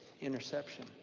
Interception